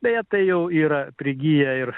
beje tai jau yra prigiję ir